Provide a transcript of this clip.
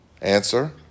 Answer